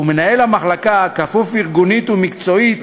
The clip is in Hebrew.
ומנהל המחלקה כפוף ארגונית ומקצועית